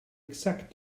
exact